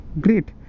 great